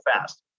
fast